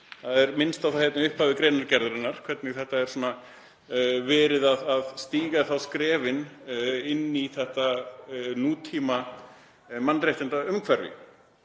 Það er minnst á það hérna í upphafi greinargerðarinnar hvernig verið er að stíga skrefin inn í þetta nútímamannréttindaumhverfi.